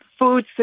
food